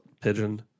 pigeon